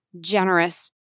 generous